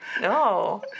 No